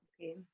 Okay